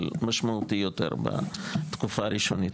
אבל משמעותי יותר בתקופה הראשונית.